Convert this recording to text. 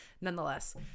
nonetheless